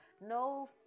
no